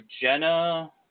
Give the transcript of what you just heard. Jenna